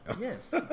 Yes